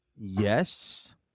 Yes